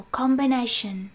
combination